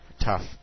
Tough